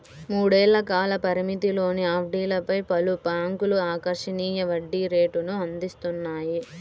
మూడేళ్ల కాల పరిమితిలోని ఎఫ్డీలపై పలు బ్యాంక్లు ఆకర్షణీయ వడ్డీ రేటును అందిస్తున్నాయి